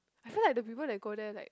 I feel like the people that go there like